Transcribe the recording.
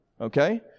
Okay